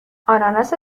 آناناس